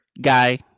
guy